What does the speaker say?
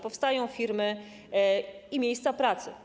Powstają firmy i miejsca pracy.